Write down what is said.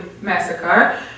massacre